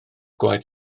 gwaith